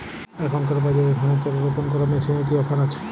এখনকার বাজারে ধানের চারা রোপন করা মেশিনের কি অফার আছে?